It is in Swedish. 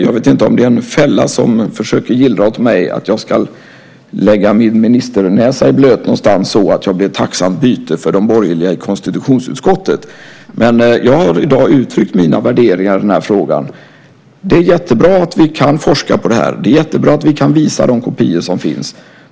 Jag vet inte om det är en fälla man försöker gillra åt mig, att jag ska lägga min ministernäsa i blöt någonstans så att jag blir ett tacksamt byte för de borgerliga i konstitutionsutskottet, men jag har i dag uttryckt mina värderingar i denna fråga. Det är jättebra att vi kan forska på det här. Det är jättebra att vi kan visa de kopior som finns.